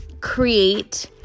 create